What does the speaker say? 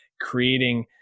creating